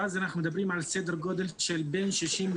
ואז אנחנו מדברים על סדר גודל של בין 60%